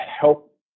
help